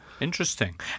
Interesting